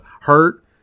hurt